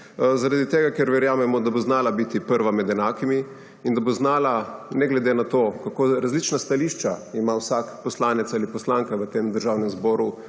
zaradi tega, ker verjamemo, da bo znala biti prva med enakimi in da bo znala, ne glede na to, kako različna stališča ima vsak poslanec ali poslanka v tem državnem zboru,